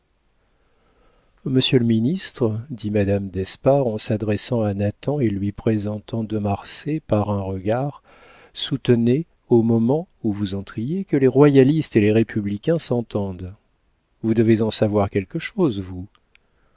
le ministre dit madame d'espard en s'adressant à nathan et lui présentant de marsay par un regard soutenait au moment où vous entriez que les royalistes et les républicains s'entendent vous devez en savoir quelque chose vous